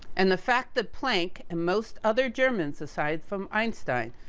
and, the fact that planck, and most other german society from einstein,